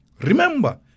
Remember